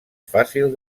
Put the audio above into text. fàcil